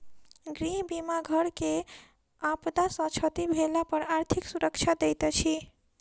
गृह बीमा घर के आपदा सॅ क्षति भेला पर आर्थिक सुरक्षा दैत अछि